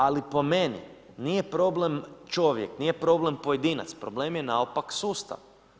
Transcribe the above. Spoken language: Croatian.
Ali po meni nije problem čovjek, nije problem pojedinac, problem je naopak sustav.